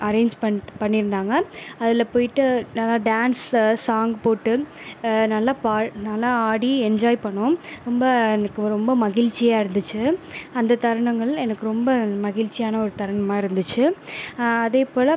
arrange பண்ணிட் பண்ணியிருந்தாங்க அதில் பேயிட்டு நல்லா டான்ஸ்சை சாங் போட்டு நல்லா பா நல்லா ஆடி என்ஜாய் பண்ணோம் ரொம்ப எனக்கு ரொம்ப மகிழ்ச்சியாக இருந்துச்சு அந்த தருணங்கள் எனக்கு ரொம்ப மகிழ்ச்சியான ஒரு தருணமாக இருந்துச்சு அதேபோல்